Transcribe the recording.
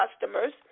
customers